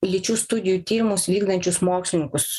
lyčių studijų tyrimus vykdančius mokslininkus